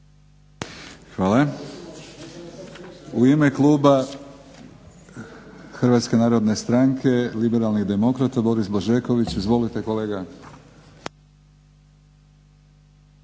Hvala. U ime kluba Hrvatske narodne stranke liberalnih demokrata Boris Blažeković. Izvolite kolega.